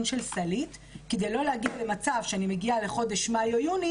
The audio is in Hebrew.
של סלעית כדי לא להגיע למצב שאני מגיעה לחודש מאי או יוני